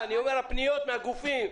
אני אומר: הפניות מהגופים.